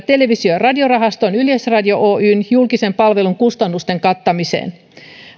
televisio ja radiorahastoon yleisradio oyn julkisen palvelun kustannusten kattamiseen